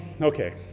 Okay